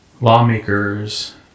lawmakers